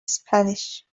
spanish